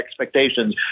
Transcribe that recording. expectations